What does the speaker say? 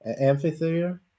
Amphitheater